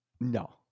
No